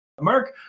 Mark